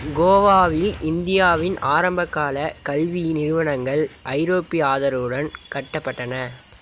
கோவாவில் இந்தியாவின் ஆரம்பக்கால கல்வி நிறுவனங்கள் ஐரோப்பிய ஆதரவுடன் கட்டப்பட்டன